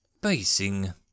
Basing